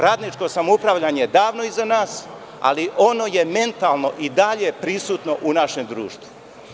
Radničko samoupravljanje je davno iza nas, ali ono je mentalno i dalje prisutno u našem društvu.